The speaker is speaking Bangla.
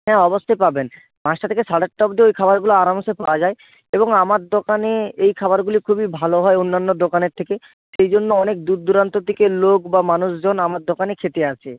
হ্যাঁ অবশ্যই পাবেন পাঁচটা থেকে সাড়ে আটটা অবধি ওই খাবারগুলো আরামসে পাওয়া যায় এবং আমার দোকানে এই খাবারগুলি খুবই ভালো হয় অন্যান্য দোকানের থেকে সেই জন্য অনেক দূরদূরান্ত থেকে লোক বা মানুষজন আমার দোকানে খেতে আসে